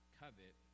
covet